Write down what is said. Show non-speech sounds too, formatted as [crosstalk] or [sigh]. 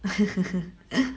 [laughs]